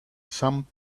some